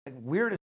weird